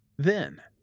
then,